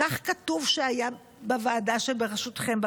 כך כתוב שהיה בוועדות שבראשותכם,